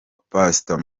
pastor